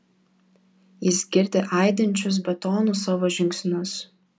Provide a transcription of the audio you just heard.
jis girdi aidinčius betonu savo žingsnius